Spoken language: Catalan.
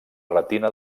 retina